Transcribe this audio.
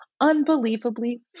unbelievably